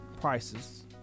prices